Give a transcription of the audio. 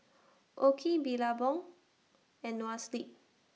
OKI Billabong and Noa Sleep